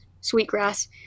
Sweetgrass